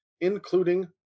including